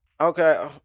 Okay